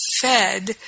fed